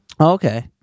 okay